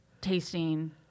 Tasting